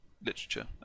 literature